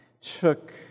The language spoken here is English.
took